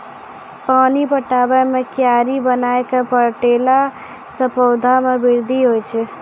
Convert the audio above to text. पानी पटाबै मे कियारी बनाय कै पठैला से पौधा मे बृद्धि होय छै?